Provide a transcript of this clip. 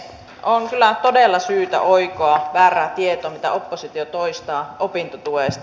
on kyllä todella syytä oikoa väärää tietoa mitä oppositio toistaa opintotuesta